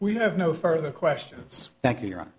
we have no further questions thank you your hon